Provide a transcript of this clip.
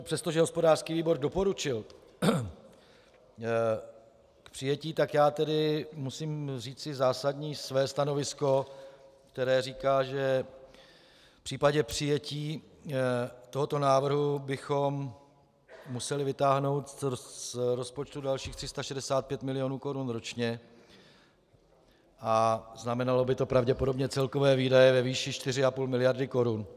Přestože hospodářský výbor doporučil přijetí, tak já musím říci zásadní své stanovisko, které říká, že v případě přijetí tohoto návrhu bychom museli vytáhnout z rozpočtu dalších 365 milionů korun ročně a znamenalo by to pravděpodobně celkové výdaje ve výši čtyři a půl miliardy korun.